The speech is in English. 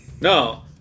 no